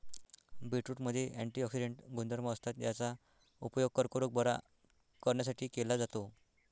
बीटरूटमध्ये अँटिऑक्सिडेंट गुणधर्म असतात, याचा उपयोग कर्करोग बरा करण्यासाठी केला जातो